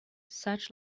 such